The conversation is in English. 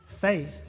Faith